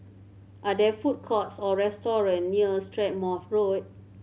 are there food courts or restaurant near Strathmore Road